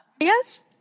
yes